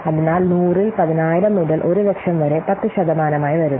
അതിനാൽ 100 ൽ 10000 മുതൽ 100000 വരെ 10 ശതമാനമായി വരുന്നു